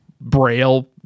Braille